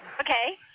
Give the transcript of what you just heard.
Okay